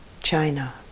China